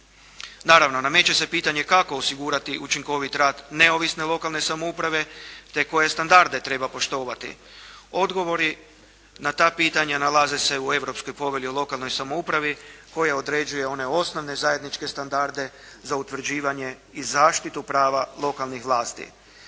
Naravno, nameće se pitanje kako osigurati učinkovit rad neovisne lokalne samouprave, te koje standarde treba poštovati. Odgovori na ta pitanja nalaze se u Europskoj povelji o lokalnoj samoupravi koja određuje one osnovne zajedničke standarde za utvrđivanje i zaštitu prava lokalnih vlasti.